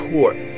Court